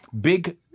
big